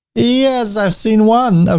yes, i've seen one. ah